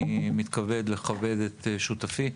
אני מתכבד לכבד את שותפי,